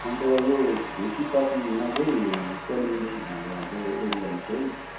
अन्त यो खेतीपातीमा चाहिँ कालिम्पोङ अब हाम्रो एरियामा चाहिँ